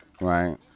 Right